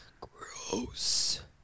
Gross